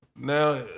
Now